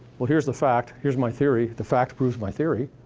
well, here's the fact, here's my theory, the fact proves my theory.